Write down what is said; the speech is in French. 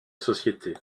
société